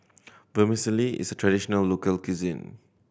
vermicelli is a traditional local cuisine